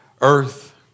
earth